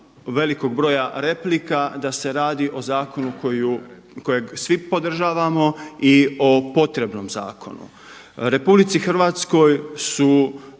velikog broja replika da se radi o zakonu kojeg svi podržavamo i o potrebnom zakonu. RH su